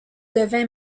devint